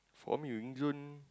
for me Wing-Zone